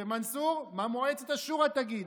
ומנסור, מה מועצת השורא תגיד.